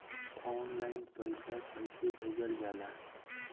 Online पैसा कैसे भेजल जाला?